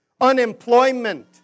unemployment